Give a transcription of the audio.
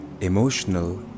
emotional